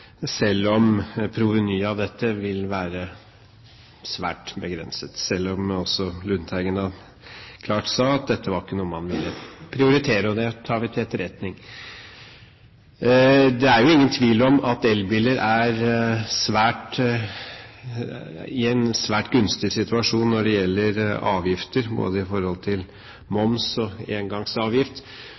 proveny av dette vil være svært begrenset, og Lundteigen sa klart at dette ikke var noe man ville prioritere. Det tar vi til etterretning. Det er ingen tvil om at elbiler er i en svært gunstig situasjon når det gjelder avgifter – både moms og engangsavgift – så mye er allerede lagt til